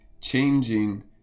changing